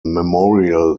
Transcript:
memorial